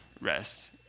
rest